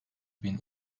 bin